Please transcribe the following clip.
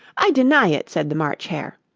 i deny it said the march hare.